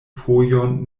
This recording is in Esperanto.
fojon